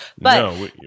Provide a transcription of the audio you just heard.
No